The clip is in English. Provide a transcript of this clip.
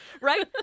Right